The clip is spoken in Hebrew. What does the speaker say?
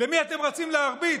למי אתם רצים להרביץ?